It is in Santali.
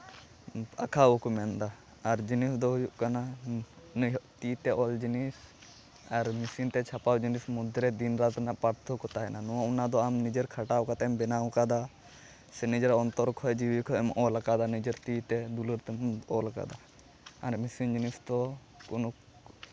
ᱟᱸᱠᱷᱟᱣ ᱵᱟᱠᱚ ᱢᱮᱱᱫᱟ ᱟᱨ ᱡᱤᱱᱤᱥ ᱫᱚ ᱦᱩᱭᱩᱜ ᱠᱟᱱᱟ ᱱᱤᱡᱮᱨ ᱛᱤᱛᱮ ᱚᱞ ᱡᱤᱱᱤᱥ ᱟᱨ ᱢᱮᱹᱥᱤᱱ ᱛᱮ ᱪᱷᱟᱯᱟᱣ ᱡᱤᱱᱤᱥ ᱢᱚᱫᱽᱫᱷᱮ ᱨᱮ ᱫᱤᱱ ᱨᱟᱛ ᱨᱮᱱᱟᱜ ᱯᱟᱨᱛᱷᱚᱠᱠᱚ ᱛᱟᱦᱮᱱᱟ ᱱᱚᱣᱟ ᱚᱱᱟᱫᱚ ᱟᱢ ᱱᱤᱡᱮᱨ ᱠᱷᱟᱴᱟᱣ ᱠᱟᱛᱮᱫ ᱮᱢ ᱵᱮᱱᱟᱣ ᱠᱟᱫᱟ ᱥᱮ ᱱᱤᱡᱮᱨ ᱚᱱᱛᱚᱨ ᱠᱷᱚᱱ ᱡᱤᱣᱤ ᱠᱷᱚᱱᱮᱢ ᱚᱞ ᱠᱟᱫᱟ ᱱᱤᱡᱮᱨ ᱛᱤᱛᱮ ᱵᱩᱞᱟᱹᱴ ᱛᱮᱢ ᱚᱞ ᱠᱟᱫᱟ ᱟᱨ ᱢᱮᱹᱥᱤᱱ ᱡᱤᱱᱤᱥ ᱫᱚ ᱠᱳᱱᱳ